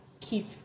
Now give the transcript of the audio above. keep